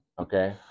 Okay